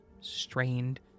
strained